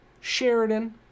Sheridan